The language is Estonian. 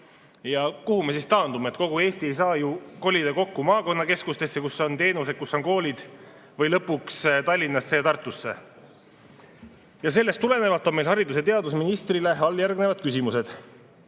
Ja kuhu me siis taandume? Kogu Eesti ei saa ju kolida kokku maakonnakeskustesse, kus on teenused, kus on koolid, või lõpuks Tallinnasse ja Tartusse. Sellest tulenevalt on meil haridus‑ ja teadusministrile alljärgnevad küsimused.